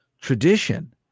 tradition